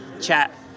chat